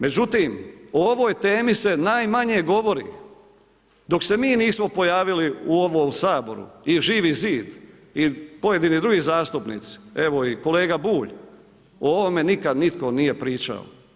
Međutim, o ovoj temi se najmanje govori, dok se mi nismo pojavili u ovom Saboru i Živi zid i pojedini drugi zastupnici evo i kolega Bulj, o ovome nikad nitko nije pričao.